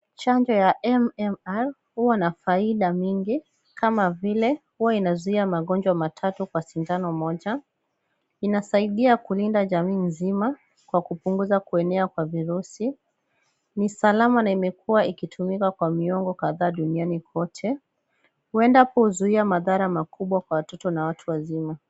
Chongo ya MMR huwa na faida mingi kama vile huwa inazuia magonjwa matatu kwa sindano moja, inasaidia kulinda jamii nzima kwa kupunguza kuenea kwa viruzi ni salama na imekuwa ikitumika kwa miongo kadhaa duniani kote. Uenda kuzuia madhara makubwa kwa watoto na watu wazima.